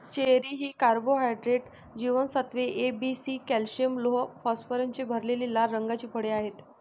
cherry ही carbohydrates, जीवनसत्त्वे A, B, C, calcium, लोह, फॉस्फरसने भरलेली लाल रंगाची फळे आहेत